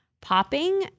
popping